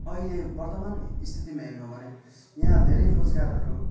अहिले वर्तमान स्थितिमा हेर्नु हो भने यहाँ धेरै रोजगारहरू